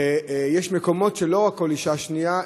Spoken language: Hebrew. ויש מקומות שלא רק כל אישה שנייה,